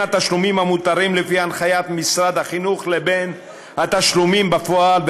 התשלומים המותרים לפי הנחיית משרד החינוך לבין התשלומים בפועל,